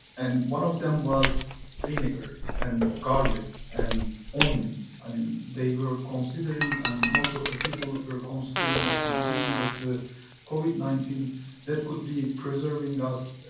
and one of them was vinegar and garlic and onions, i mean, they were considering i mean, most of the people were considering at the beginning of the covid nineteen that could be preserving us